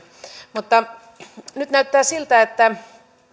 mutta nyt näyttää siltä että